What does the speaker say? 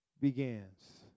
begins